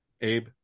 Abe